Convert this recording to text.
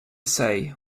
say